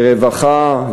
ורווחה,